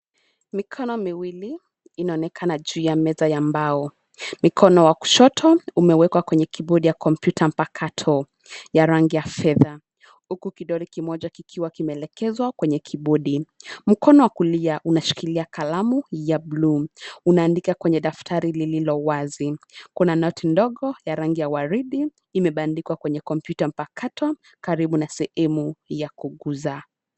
Mikono mwili inonekana juu ya meza ya mbao. Mikono wa kushoto umewekwa kwenye kibodi ya kompyuta mpakato ya rangi ya fedha. Huku kidole kimoja kikiwa kimelekezwa kwenye kibodi. Mkono wa kulia unashikilia kalamu ya bluu, unandika kwenye daftari lililowazi. Kuna noti ndogo ya rangi ya waridi imebandikwa kwenye kompyuta mpakato, karibu na sehemu ya kuguza.